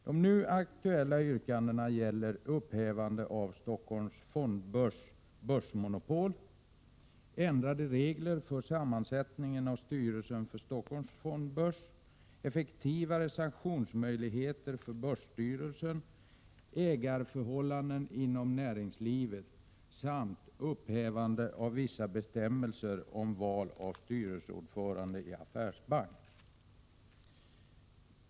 De nu aktuella yrkandena gäller upphävande av Stockholms fondbörs börsmonopol, ändrade regler för sammansättningen av styrelsen för Stockholms fondbörs, effektivare sanktionsmöjligheter för börsstyrelsen, ägarförhållanden inom näringslivet samt upphävande av vissa bestämmelser om val av styrelseordförande i affärsbank.